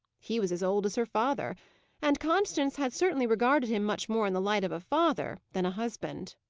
he was as old as her father and constance had certainly regarded him much more in the light of a father than a husband.